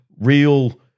real